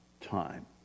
time